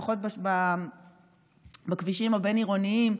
לפחות בכבישים הבין-עירוניים,